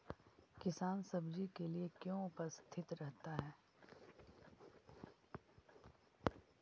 किसान सब्जी के लिए क्यों उपस्थित रहता है?